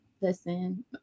listen